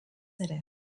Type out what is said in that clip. ere